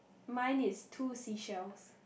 mine is two seashells